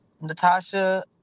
Natasha